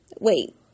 Wait